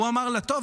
הוא אמר לה: טוב,